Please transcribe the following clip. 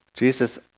Jesus